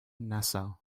nassau